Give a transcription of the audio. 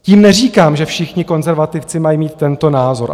Tím neříkám, že všichni konzervativci mají mít tento názor.